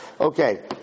Okay